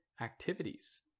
activities